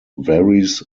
varies